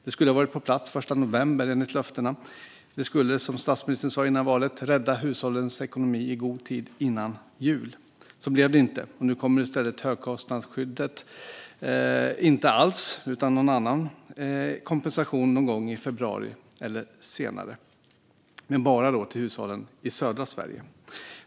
Det skulle ha varit på plats den 1 november enligt löftena. Det skulle, som statsministern sa före valet, rädda hushållens ekonomi i god tid före jul. Så blev det inte. Nu kommer i stället högkostnadsskyddet inte alls, utan det blir någon annan kompensation någon gång i februari eller senare, men då bara till hushållen i södra Sverige.